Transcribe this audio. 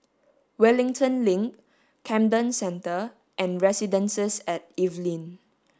Wellington Link Camden Centre and Residences at Evelyn